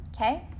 Okay